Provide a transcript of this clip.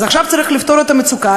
אז עכשיו צריך לפתור את המצוקה,